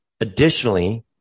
Additionally